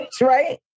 right